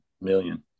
million